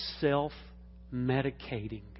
self-medicating